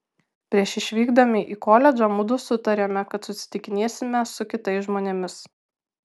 prieš išvykdami į koledžą mudu sutarėme kad susitikinėsime su kitais žmonėmis